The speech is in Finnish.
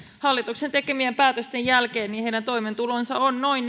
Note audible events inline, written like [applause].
hallituksen tekemien päätösten jälkeen heidän toimeentulonsa on noin [unintelligible]